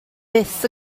fyth